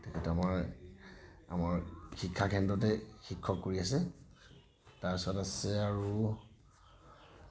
তেখেত আমাৰ আমাৰ শিক্ষা কেন্দ্ৰতে শিক্ষক কৰি আছে তাৰপিছত আছে আৰু